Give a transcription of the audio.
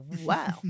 Wow